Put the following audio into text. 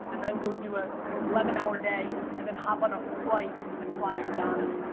and then go do a eleven hour day, and then hop on a flight and fly to ghana.